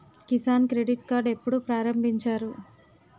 Kisan credit card ఎప్పుడు ప్రారంభించారు?